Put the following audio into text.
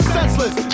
Senseless